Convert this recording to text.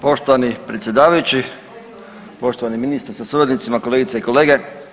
Poštovani predsjedavajući, poštovani ministre sa suradnicima, kolegice i kolege.